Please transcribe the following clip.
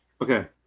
Okay